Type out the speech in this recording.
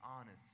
honest